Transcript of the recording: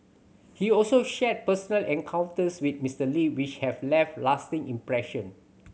he also shared personal encounters with Mister Lee which have left lasting impression